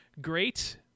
great